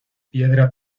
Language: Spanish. piedra